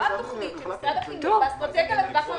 מה התוכנית של משרד החינוך והאסטרטגיה לטווח הרחוק?